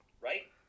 Right